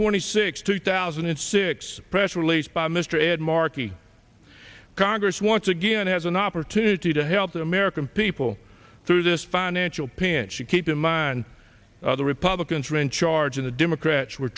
twenty sixth two thousand and six press release by mr ed markey congress once again has an opportunity to help the american people through this financial pinch you keep in mind the republicans are in charge in the democrats were